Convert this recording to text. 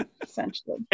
essentially